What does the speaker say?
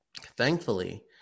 thankfully